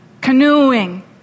canoeing